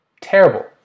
Terrible